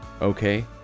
okay